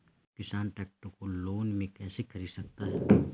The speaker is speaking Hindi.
किसान ट्रैक्टर को लोन में कैसे ख़रीद सकता है?